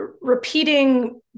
repeating